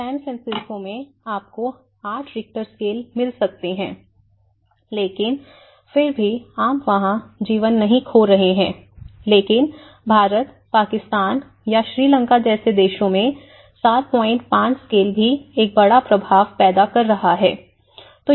San Francisco में आपको आठ रिक्टर स्केल मिल सकते हैं लेकिन फिर भी आप वहां जीवन नहीं खो रहे हैं लेकिन भारत पाकिस्तान या श्रीलंका जैसे देशों में 75 स्केल भी एक बड़ा प्रभाव पैदा कर रहा है